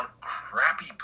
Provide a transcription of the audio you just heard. crappy